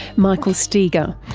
michael steger,